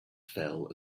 fell